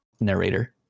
narrator